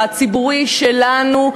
הציבורי שלנו,